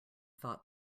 thought